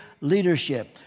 leadership